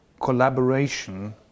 collaboration